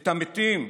את המתים.